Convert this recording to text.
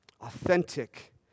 Authentic